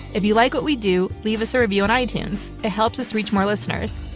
if you like what we do, leave us a review on itunes. it helps us reach more listeners.